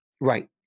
Right